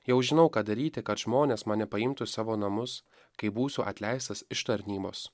jau žinau ką daryti kad žmonės mane paimtų į savo namus kai būsiu atleistas iš tarnybos